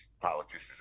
politicians